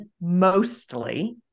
mostly